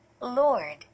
Lord